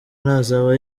ntazaba